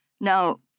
Now